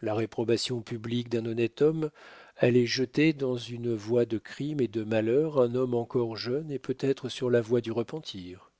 la réprobation publique d'un honnête homme allait jeter dans une voie de crimes et de malheurs un homme encore jeune et peut-être sur la voie du repentir